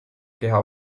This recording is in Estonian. keha